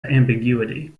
ambiguity